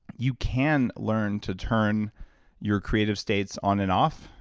you can learn to turn your creative states on and off.